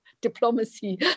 diplomacy